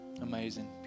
Amazing